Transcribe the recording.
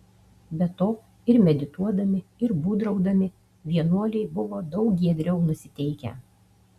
be to ir medituodami ir būdraudami vienuoliai buvo daug giedriau nusiteikę